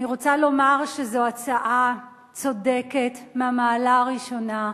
אני רוצה לומר שזו הצעה צודקת מהמעלה הראשונה.